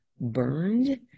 burned